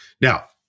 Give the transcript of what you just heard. now